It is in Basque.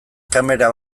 kamera